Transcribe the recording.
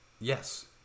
Yes